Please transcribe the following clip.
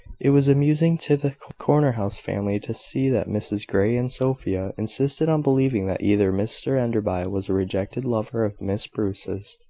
it was amusing to the corner-house family to see that mrs grey and sophia insisted on believing that either mr enderby was a rejected lover of miss bruce's,